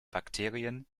bakterien